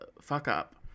fuck-up